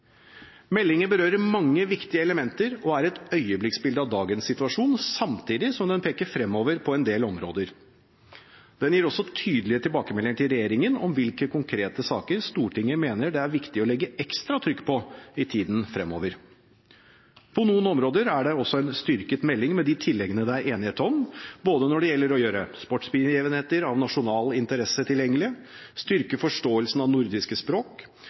Meldingen berører mange viktige elementer og er et øyeblikksbilde av dagens situasjon, samtidig som den peker fremover på en del områder. En gir også tydelige tilbakemeldinger til regjeringen om hvilke konkrete saker Stortinget mener det er viktig å legge ekstra trykk på i tiden fremover. På noen områder er det også en styrket melding, med de tilleggene det er enighet om, både når det gjelder å gjøre sportsbegivenheter av nasjonal interesse tilgjengelige, styrke forståelsen av nordiske språk,